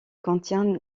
contient